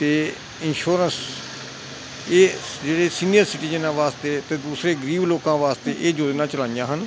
ਅਤੇ ਇੰਸ਼ੋਰੈਂਸ ਇਹ ਜਿਹੜੇ ਸੀਨੀਅਰ ਸਿਟੀਜਨਾਂ ਵਾਸਤੇ ਅਤੇ ਦੂਸਰੇ ਗਰੀਬ ਲੋਕਾਂ ਵਾਸਤੇ ਇਹ ਯੋਜਨਾ ਚਲਾਈਆਂ ਹਨ